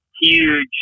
huge